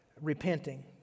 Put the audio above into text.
repenting